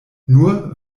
nur